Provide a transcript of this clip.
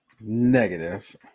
Negative